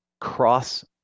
cross